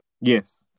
Yes